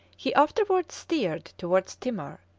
he afterwards steered towards timor,